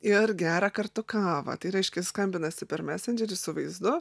ir geria kartu kavą tai reiškia skambinasi per mesendžerį su vaizdu